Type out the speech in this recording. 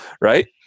right